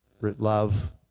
love